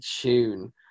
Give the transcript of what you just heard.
tune